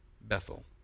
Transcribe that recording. Bethel